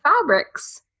fabrics